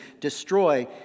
destroy